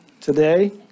today